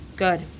Good